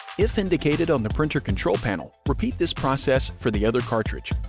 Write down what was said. if indicated on the printer control panel, repeat this process for the other cartridge.